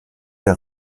der